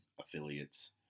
affiliates